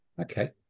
Okay